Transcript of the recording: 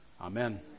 amen